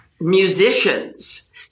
musicians